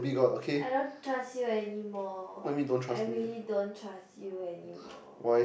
I don't trust you anymore